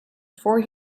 before